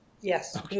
Yes